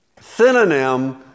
synonym